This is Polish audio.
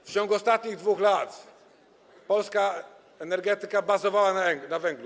W ciągu ostatnich 2 lat polska energetyka bazowała na węglu.